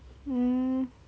mm